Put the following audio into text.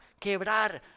quebrar